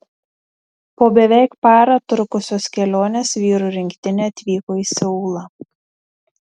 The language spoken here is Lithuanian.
po beveik parą trukusios kelionės vyrų rinktinė atvyko į seulą